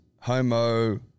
Homo